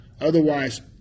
Otherwise